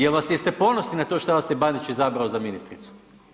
Jel vas, jeste ponosni na to šta vas je Bandić izabrao za ministricu?